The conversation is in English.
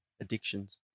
addictions